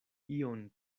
ion